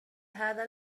هذا